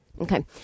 Okay